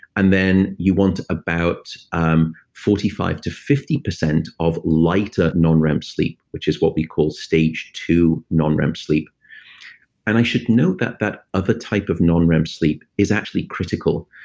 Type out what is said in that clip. and then you want about um forty five to fifty percent of lighter non-rem sleep, which is what we call stage two non-rem sleep and i should note that that other type of non-rem sleep is actually critical.